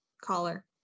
Caller